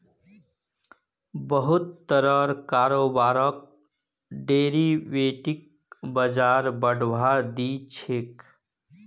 बहुत तरहर कारोबारक डेरिवेटिव बाजार बढ़ावा दी छेक